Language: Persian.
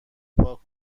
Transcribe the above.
پاک